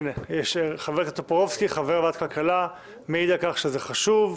אני מוועדת הכלכלה, וזה חשוב.